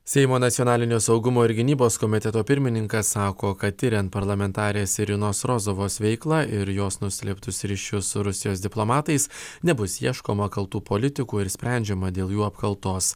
seimo nacionalinio saugumo ir gynybos komiteto pirmininkas sako kad tiriant parlamentarės irinos rozovos veiklą ir jos nuslėptus ryšius su rusijos diplomatais nebus ieškoma kaltų politikų ir sprendžiama dėl jų apkaltos